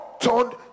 turned